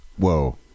whoa